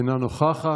אינה נוכחת.